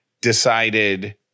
decided